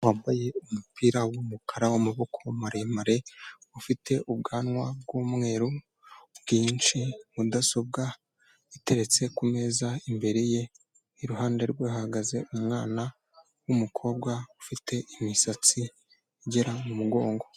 Umugabo wambaye umupira w'umukara w'amaboko maremare, ufite ubwanwa bw'umweru bwinshi, mudasobwa iteretse ku meza, imbere ye iruhande rwe hahagaze umwana w'umukobwa ufite imisatsi igera mu mugongo.